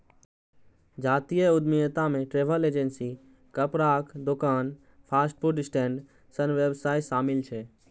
जातीय उद्यमिता मे ट्रैवल एजेंसी, कपड़ाक दोकान, फास्ट फूड स्टैंड सन व्यवसाय शामिल छै